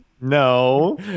no